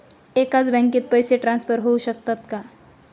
एकाच बँकेत पैसे ट्रान्सफर होऊ शकतात का?